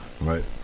Right